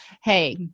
hey